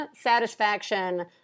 satisfaction